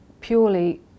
purely